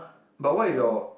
but what if your